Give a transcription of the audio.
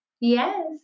Yes